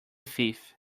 thief